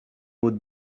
would